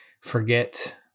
forget